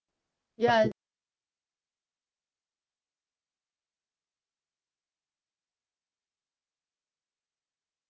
ya